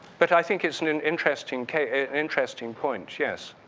but i think it's an an interesting case an interesting point. yes?